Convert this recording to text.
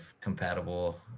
compatible